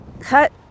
cut